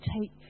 take